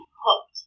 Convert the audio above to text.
hooked